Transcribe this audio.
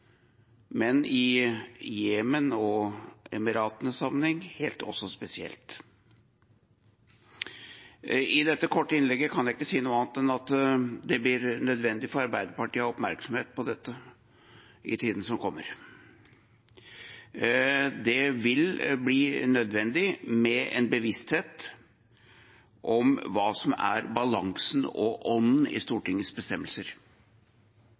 I dette korte innlegget kan jeg ikke si noe annet enn at det blir nødvendig for Arbeiderpartiet å ha oppmerksomhet på dette i tiden som kommer. Det vil bli nødvendig med en bevissthet om hva som er balansen og ånden i Stortingets bestemmelser.